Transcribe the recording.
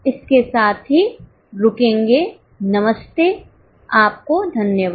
इसके साथ ही रुकेंगे नमस्ते आपको धन्यवाद